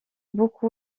beaucoup